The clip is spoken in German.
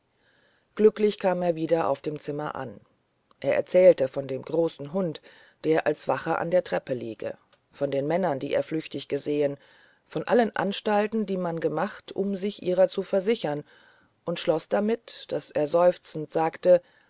glücklich kam er wieder auf dem zimmer an er erzählte von dem großen hund der als wache an der treppe liege von den männern die er flüchtig gesehen von allen anstalten die man gemacht um sich ihrer zu versichern und schloß damit daß er seufzend sagte